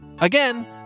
Again